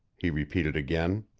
he repeated again.